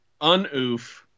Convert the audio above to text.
Unoof